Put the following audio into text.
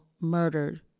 murdered